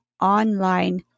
online